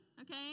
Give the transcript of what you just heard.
okay